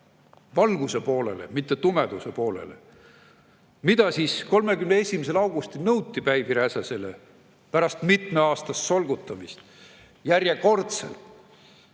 valguse poolele, mitte tumeduse poolele. Mida siis 31. augustil nõuti Päivi Räsäsele pärast mitmeaastast solgutamist, järjekordselt?